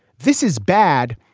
this is bad.